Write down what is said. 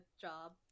job